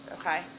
Okay